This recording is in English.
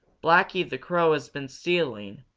blacky the crow has been stealing,